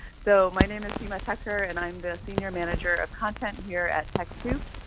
so my name is sima thakkar and i'm the senior manager of content here at techsoup.